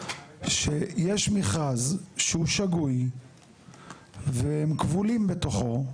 שיש מכרז שהוא שגוי והם כבולים בתוכו.